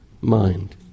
mind